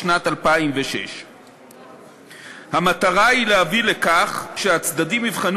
בשנת 2006. המטרה היא להביא לכך שהצדדים יבחנו